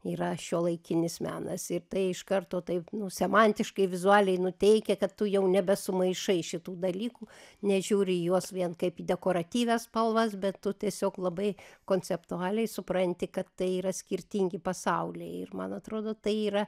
yra šiuolaikinis menas ir tai iš karto taip semantiškai vizualiai nuteikia kad tu jau nebe sumaišai šitų dalykų nežiūri į juos vien kaip į dekoratyvias spalvas bet tu tiesiog labai konceptualiai supranti kad tai yra skirtingi pasauliai ir man atrodo tai yra